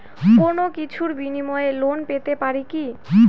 কোনো কিছুর বিনিময়ে লোন পেতে পারি কি?